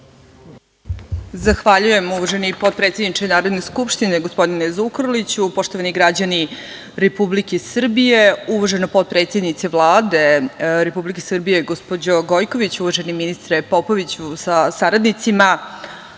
Zahvaljujem, uvaženi potpredsedniče Narodne skupštine gospodine Zukorliću, poštovani građani Republike Srbije, uvažena potpredsednice Vlade Republike Srbije gospođo Gojković, uvaženi ministre Popoviću sa saradnicima,